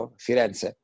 Firenze